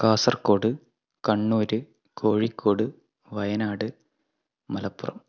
Kasaragod Kannur Kozhikode Wayanad Malappuram